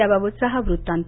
त्याबाबतचा हा वृतांत